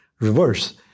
reverse